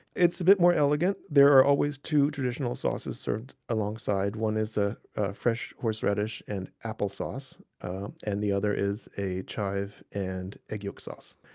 it's a bit more elegant. there are always two traditional sauces served alongside. one is ah fresh horseradish and applesauce and the other is a chive and egg yolk sauce.